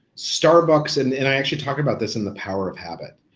starbucks, and and i actually talk about this in the power of habit.